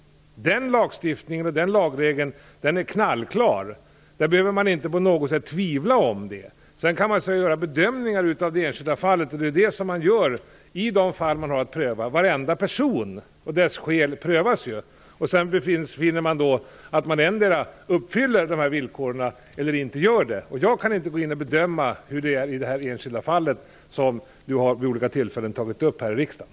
Den lagstiftningen och lagregeln är knallklar. Man behöver inte på något sätt tvivla på detta. Sedan kan man naturligtvis bedöma de enskilda fallen, och detta görs i de fall man har att pröva. Varenda person och deras skäl prövas. Sedan befinns personerna endera uppfylla dessa villkor eller inte. Jag kan inte gå in och bedöma det enskilda fall som Peter Eriksson vid olika tillfällen har tagit upp i riksdagen.